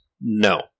No